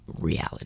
reality